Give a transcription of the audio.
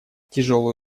тяжелые